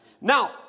Now